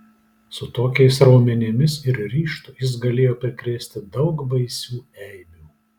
su tokiais raumenimis ir ryžtu jis galėjo prikrėsti daug baisių eibių